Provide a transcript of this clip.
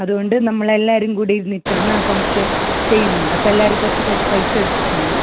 അതുകൊണ്ട് നമ്മളെല്ലാവരും കൂടി ഇരുന്നിട്ടാണ് ആ ഫംഗ്ഷൻ ചെയ്യുന്നത് അപ്പോൾ എല്ലാവരും കുറച്ച് കുറച്ച് പൈസ എടുത്തിട്ടുണ്ട്